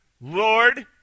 Lord